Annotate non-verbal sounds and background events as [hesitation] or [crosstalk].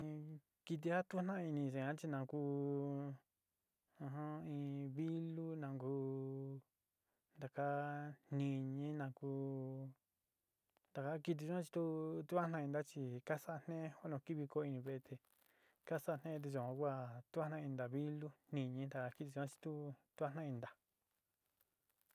[hesitation] kɨtɨ a tu naa ini yuan chi na ku [hesitation] in vilu na kuú taka niiñi na ku taka kɨtɨ un chi tu jatain itna chi ka saa je'en jo ni kivikoy ini vee te ka saa je'en te yuan kua tu jantaan inta vilu niiñi ta ki ñua chi tu tu ja jaintna.